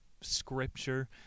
scripture